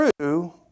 true